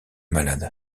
malade